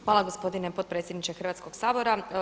Hvala gospodine potpredsjedniče Hrvatskoga sabora.